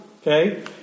Okay